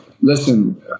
listen